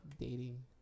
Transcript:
dating